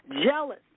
jealous